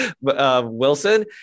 Wilson